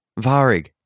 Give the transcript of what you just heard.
Varig